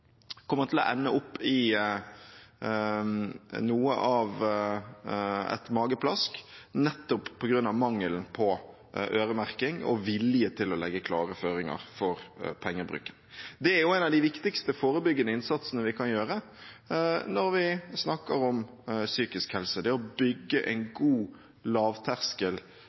kommer til å ende opp i noe av et mageplask, nettopp på grunn av mangelen på øremerking og vilje til å legge klare føringer for pengebruken. Det er også en av de viktigste forebyggende innsatsene vi kan gjøre når vi snakker om psykisk helse – å bygge en god